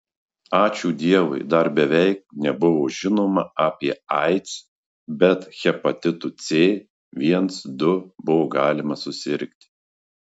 ačiū dievui dar beveik nebuvo žinoma apie aids bet hepatitu c viens du buvo galima susirgti